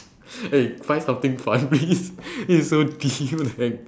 eh find something funny please this is so